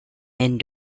end